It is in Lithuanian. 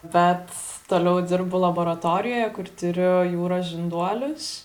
bet toliau dirbu laboratorijoje kur tiriu jūros žinduolius